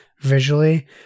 visually